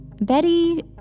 Betty